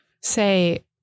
say